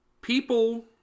People